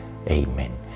Amen